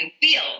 feel